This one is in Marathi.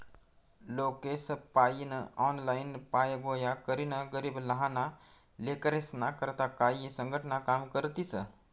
लोकेसपायीन ऑनलाईन फाया गोया करीन गरीब लहाना लेकरेस्ना करता काई संघटना काम करतीस